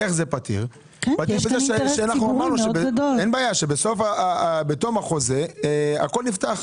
איך אמרנו שבתום החוזה הכול נפתח.